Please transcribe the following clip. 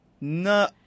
No